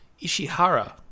Ishihara